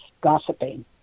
gossiping